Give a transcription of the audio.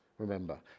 Remember